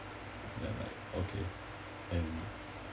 then I'm like okay and